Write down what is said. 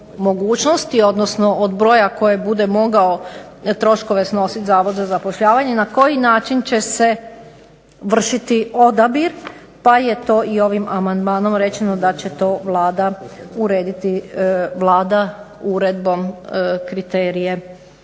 odnosno od broja kojeg bude mogao snositi Zavod za zapošljavanje na koji način će se vršiti odabir pa je to ovim amandmanom rečeno da će to Vlada urediti uredbom kriterije